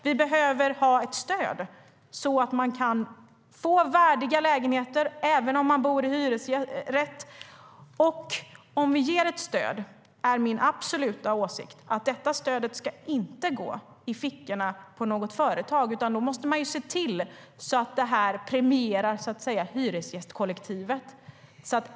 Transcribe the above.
Vi behöver ha ett stöd så att man kan få värdiga lägenheter även om man bor i hyresrätt. Om vi ger ett stöd är min absoluta åsikt att detta stöd inte ska gå i fickorna på något företag, utan då måste man se till så att det premierar hyresgästkollektivet.